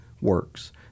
works